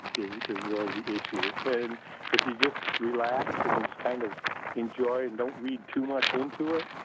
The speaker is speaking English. is really the issue and if you just relax and just kind of enjoy and don't read too much into it,